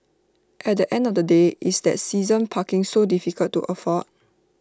at the end of the day is that season parking so difficult to afford